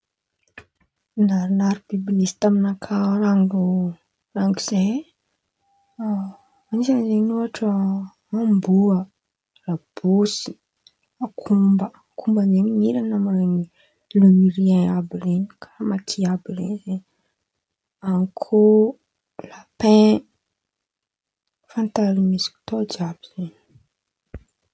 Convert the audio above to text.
Naronaro biby nisy taminakà ao rango rango zay e! Anisan̈y zen̈y ôhatra amboa, rabosy, akomba, akomba zen̈y miran̈a amiren̈y lemiorien avy ren̈y, karàha makia àby ren̈y zany akôho, lapin, efa notarimoziko tao jiàby zan̈y.